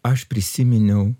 aš prisiminiau